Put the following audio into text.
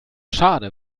schade